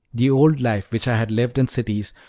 the old life, which i had lived in cities,